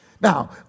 Now